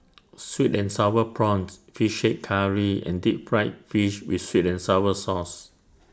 Sweet and Sour Prawns Fish Head Curry and Deep Fried Fish with Sweet and Sour Sauce